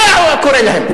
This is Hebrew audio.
מה היה קורה להם?